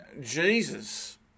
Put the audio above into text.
Jesus